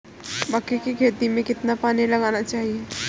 मक्के की खेती में कितना पानी लगाना चाहिए?